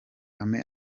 ampa